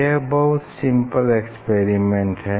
यह बहुत simple experiment है